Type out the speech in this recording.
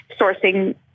sourcing